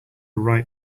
write